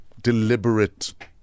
deliberate